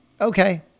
okay